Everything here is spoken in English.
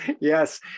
Yes